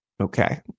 Okay